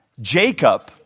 Jacob